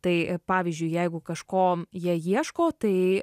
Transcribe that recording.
tai pavyzdžiui jeigu kažko jie ieško tai